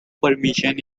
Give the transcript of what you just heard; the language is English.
permission